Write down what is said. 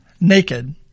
naked